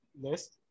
list